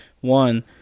One